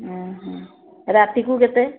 ଅ ହ ରାତିକୁ କେତେ